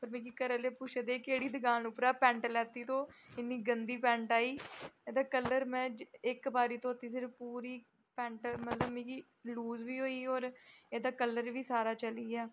ते मिगी घरा आह्ले पुच्छै दे केह्ड़ी दकान उप्परा पैंट लैती तो इन्नी गंदी पैंट आई एह्दा कलर में इक बारी धोती सिर्फ पूरी पैंट मतलब मिगी लूज बी होई होर एह्दा कलर बी सारा चली गेआ